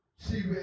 See